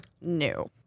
no